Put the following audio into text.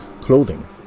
clothing